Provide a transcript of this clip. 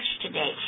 today